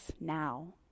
now